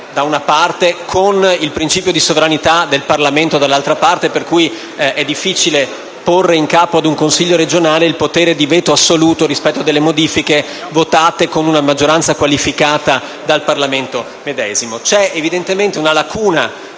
specialità, con il principio di sovranità del Parlamento dall'altra parte? È difficile porre in capo ad un Consiglio regionale il potere di veto assoluto rispetto a modifiche votate con una maggioranza qualificata dal Parlamento medesimo. Evidentemente esiste una